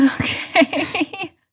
Okay